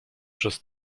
przez